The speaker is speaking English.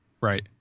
Right